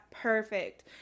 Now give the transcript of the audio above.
perfect